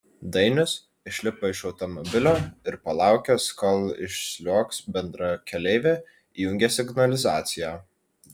dainius išlipo iš automobilio ir palaukęs kol išsliuogs bendrakeleivė įjungė signalizaciją